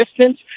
distance